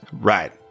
Right